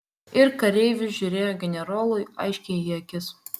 ir kareivis žiūrėjo generolui aiškiai į akis